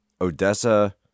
Odessa